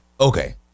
Okay